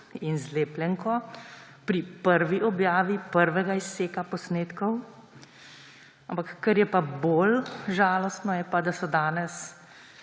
in zlepljenko pri prvi objavi prvega izseka posnetkov. Kar je bolj žalostno, je pa, da so danes